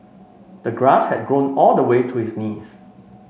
the grass had grown all the way to his knees